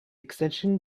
extension